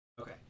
Okay